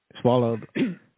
swallowed